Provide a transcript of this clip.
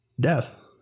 death